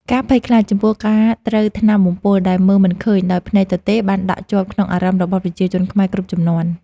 ការភ័យខ្លាចចំពោះការត្រូវថ្នាំបំពុលដែលមើលមិនឃើញដោយភ្នែកទទេបានដក់ជាប់ក្នុងអារម្មណ៍របស់ប្រជាជនខ្មែរគ្រប់ជំនាន់។